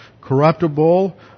corruptible